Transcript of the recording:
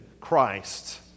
Christ